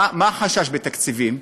מה החשש בתקציבים?